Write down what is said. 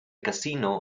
casino